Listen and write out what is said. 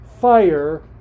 fire